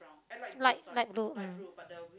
light light blue